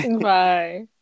Bye